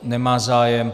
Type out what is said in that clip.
Nemá zájem.